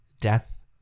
death